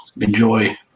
enjoy